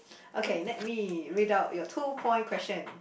okay let me read out your two point question